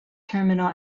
terminal